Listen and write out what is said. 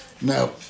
No